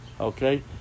Okay